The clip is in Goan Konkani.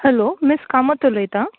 हॅलो मीस कामत उलयता